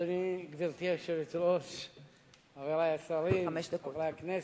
חמש דקות.